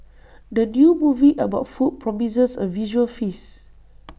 the new movie about food promises A visual feast